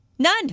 none